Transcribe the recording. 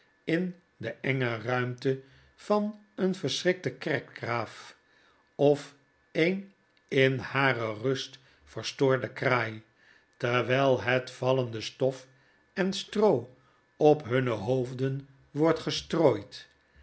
in de enge ruimte van een verschrikten kerkraaf of een in hare rust verstoorde kraai terwjjl het vallende stofenstroo op hunne hoofden wordt gestrooid